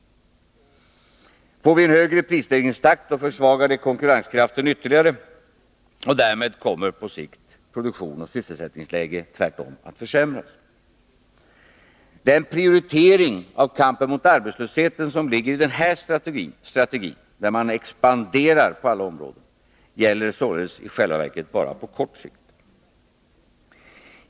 Får vi en högre prisstegringstakt, försvagar det konkurrenskraften ytterligare, och därmed kommer på sikt produktion och sysselsättningsläge tvärtom att försämras. Den prioritering av kampen mot arbetslösheten som ligger i denna strategi, där man expanderar på alla områden, gäller således i själva verket bara på kort sikt.